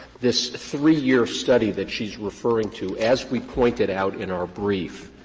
this three-year study that she's referring to, as we pointed out in our brief,